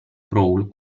crawl